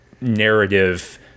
narrative